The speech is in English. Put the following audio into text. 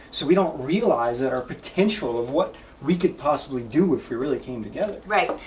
so we don't realize that our potential of what we could possibly do, if we really came together. right,